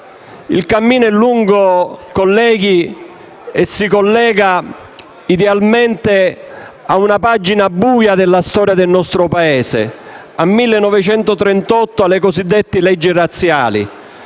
il cammino è lungo e si collega idealmente a una pagina buia della storia del nostro Paese: mi riferisco alle cosiddette leggi razziali